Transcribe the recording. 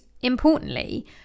importantly